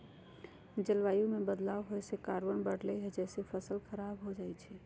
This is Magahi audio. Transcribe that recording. जलवायु में बदलाव होए से कार्बन बढ़लई जेसे फसल स खराब हो जाई छई